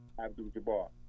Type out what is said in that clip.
Abdul-Jabbar